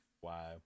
Wow